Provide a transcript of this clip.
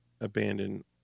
abandon